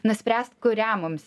nuspręst kurią mums